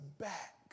back